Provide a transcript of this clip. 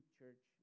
church